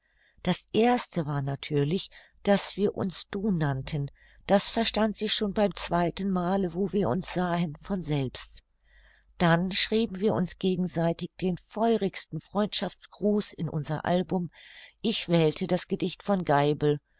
das erste war natürlich daß wir uns du nannten das verstand sich schon beim zweiten male wo wir uns sahen von selbst dann schrieben wir uns gegenseitig den feurigsten freundschaftsgruß in unser album ich wählte das gedicht von geibel